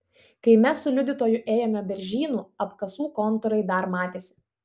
kai mes su liudytoju ėjome beržynu apkasų kontūrai dar matėsi